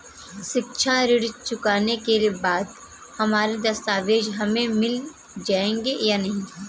शिक्षा ऋण चुकाने के बाद हमारे दस्तावेज हमें मिल जाएंगे या नहीं?